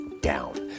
down